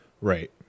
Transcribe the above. Right